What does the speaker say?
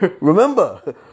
Remember